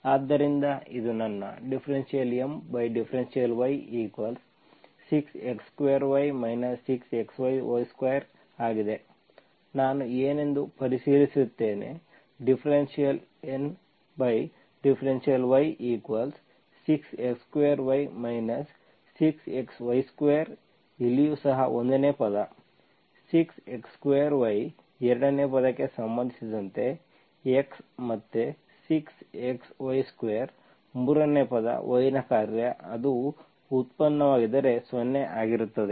ಆದ್ದರಿಂದ ಇದು ನನ್ನ ∂M∂y6x2y 6xy2 ಆಗಿದೆ ನಾನು ಏನೆಂದು ಪರಿಶೀಲಿಸುತ್ತೇನೆ ∂N∂y6x2y 6xy2 ಇಲ್ಲಿಯೂ ಸಹ 1ನೇ ಪದ 6x2y 2ನೇ ಪದಕ್ಕೆ ಸಂಬಂಧಿಸಿದಂತೆ x ಮತ್ತೆ 6xy2 3ನೇ ಪದ y ನ ಕಾರ್ಯ ಅದು ಉತ್ಪನ್ನವಾಗಿದ್ದರೆ 0 ಆಗಿರುತ್ತದೆ